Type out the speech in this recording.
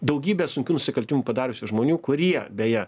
daugybę sunkių nusikaltimų padariusių žmonių kurie beje